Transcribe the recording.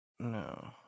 No